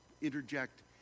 interject